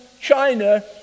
China